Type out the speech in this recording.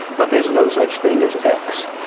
but there's no such thing as ex.